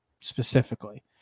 specifically